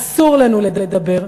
אסור לנו לדבר,